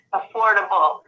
affordable